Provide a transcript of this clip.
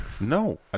No